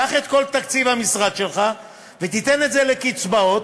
קח את כל תקציב המשרד שלך ותיתן את זה לקצבאות,